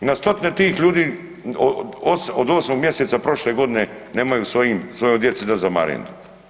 I na stotine tih ljudi od 8. mjeseca prošle godine nemaju svojoj djeci dat za marendu.